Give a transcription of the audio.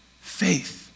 faith